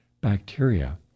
bacteria